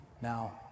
now